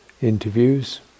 interviews